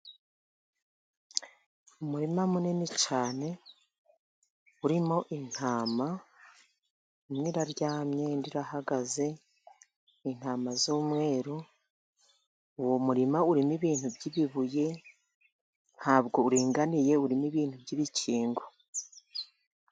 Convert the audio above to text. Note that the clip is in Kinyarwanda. Umurima munini cyane urimo intama, imwe iraryamye, indi irahagaze, intama z'umweru, uwo murima urimo ibintu by'ibibuye, nta bwo uringaniye, urimo ibintu by'ibikingo.